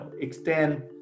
extend